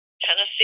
Tennessee